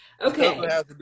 Okay